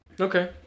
Okay